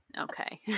Okay